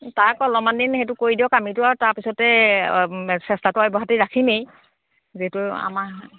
তাক অলপমান দিন সেইটো কৰি দিয়ক আমিটো আৰু তাৰপিছতে চেষ্টাটো অব্যাহত ৰাখিমেই যিটো আমাৰ